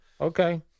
Okay